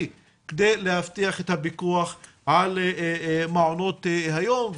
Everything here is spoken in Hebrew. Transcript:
כדי להבטיח את הפיקוח על מעונות היום,